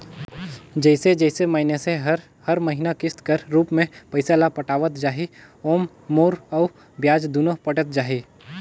जइसे जइसे मइनसे हर हर महिना किस्त कर रूप में पइसा ल पटावत जाही ओाम मूर अउ बियाज दुनो पटत जाही